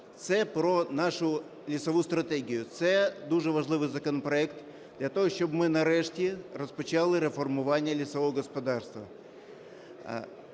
це про нашу лісову стратегію. Це дуже важливий законопроект для того, щоб ми нарешті розпочали реформування лісового господарства.